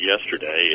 yesterday